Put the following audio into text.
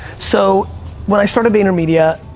so when i started vaynermedia,